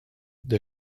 der